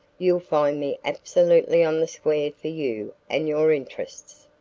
you'll find me absolutely on the square for you and your interests.